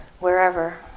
wherever